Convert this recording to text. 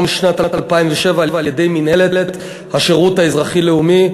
משנת 2007 על-ידי מינהלת השירות האזרחי-לאומי,